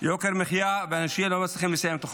ויוקר מחיה, אנשים לא מצליחים לסיים את החודש.